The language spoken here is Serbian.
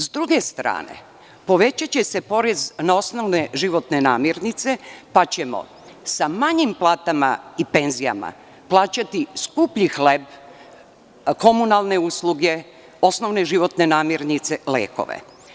S druge strane, povećaće se porez na osnovne životne namirnice, pa ćemo sa manjim platama i penzijama plaćati skuplji hleb, komunalne usluge, osnovne životne namirnice, lekove.